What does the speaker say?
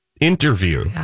interview